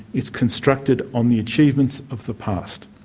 is constructed on the achievements of the past.